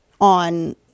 on